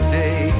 day